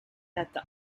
that